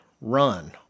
run